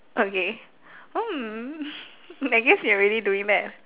okay hmm I guess you're already doing that